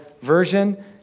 Version